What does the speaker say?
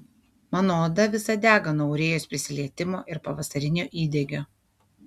mano oda visa dega nuo aurėjos prisilietimo ir pavasarinio įdegio